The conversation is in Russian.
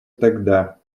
тогда